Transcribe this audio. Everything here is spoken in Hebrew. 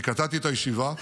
אני קטעתי את הישיבה,